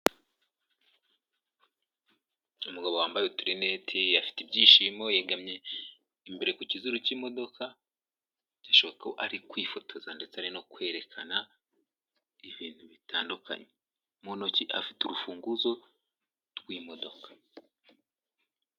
Umugabo wambaye uturineti afite ibyishimo yegamye imbere ku kizuru cy'imodoka, bishoboka ko ari kwifotoza ndetse ari no kwerekana ibintu bitandukanye, mu ntoki afite urufunguzo rw'imodoka.